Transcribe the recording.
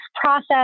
process